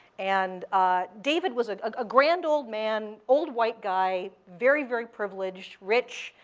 and david was a ah grand old man, old white guy, very, very privileged, rich,